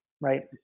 right